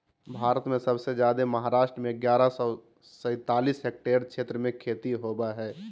भारत में सबसे जादे महाराष्ट्र में ग्यारह सौ सैंतालीस हेक्टेयर क्षेत्र में खेती होवअ हई